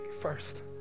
first